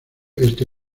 este